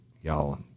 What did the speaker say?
y'all